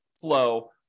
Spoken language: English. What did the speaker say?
flow